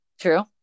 true